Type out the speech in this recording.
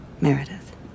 Meredith